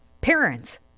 Parents